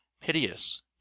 piteous